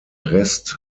rest